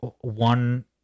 one